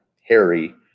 Harry